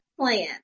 plan